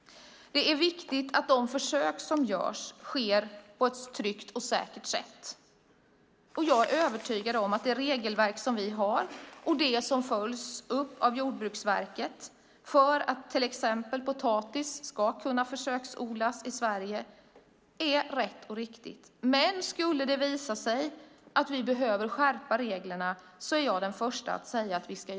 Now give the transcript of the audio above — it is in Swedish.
Det är viktigt att de försök som görs sker på ett tryggt och säkert sätt. Jag är övertygad om att det regelverk och den uppföljning av Jordbruksverket vi har för att till exempel potatis ska kunna försöksodlas i Sverige är tillräckligt. Skulle det dock visa sig att vi behöver skärpa reglerna är jag den första att säga ja till det.